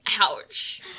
Ouch